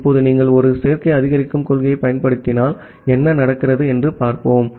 இப்போது நீங்கள் ஒரு சேர்க்கை அதிகரிக்கும் கொள்கையைப் பயன்படுத்தினால் என்ன நடக்கிறது என்று பார்ப்போம்